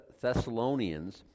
Thessalonians